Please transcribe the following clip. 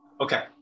okay